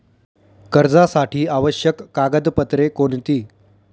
कर्जासाठी आवश्यक कागदपत्रे कोणती?